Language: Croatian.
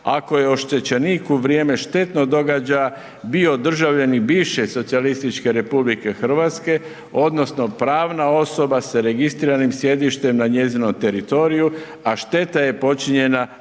ako je oštećenik u vrijeme štetnog događaja bio državljanin bivše socijalističke RH odnosno pravna osoba sa registriranim sjedištem na njezinom teritoriju, a šteta je počinjena na